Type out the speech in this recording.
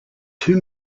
two